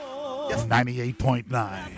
98.9